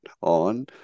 on